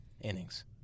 innings